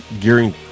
gearing